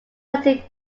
elected